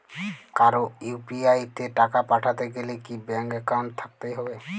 কারো ইউ.পি.আই তে টাকা পাঠাতে গেলে কি ব্যাংক একাউন্ট থাকতেই হবে?